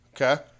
Okay